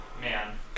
man